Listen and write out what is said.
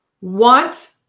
want